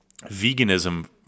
veganism